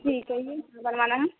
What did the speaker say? ٹھیک ہے یہ بنوانا ہے